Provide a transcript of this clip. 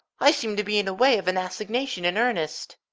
i seem to be in a way of an assignation in earnest.